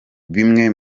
bimwe